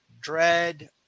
Dread